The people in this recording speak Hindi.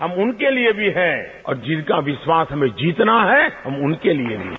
हम उनके लिए भी हैं जिनका विश्वानस हमें जीतना है हम उनके लिए भी है